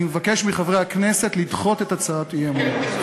אני מבקש מחברי הכנסת לדחות את הצעת האי-אמון.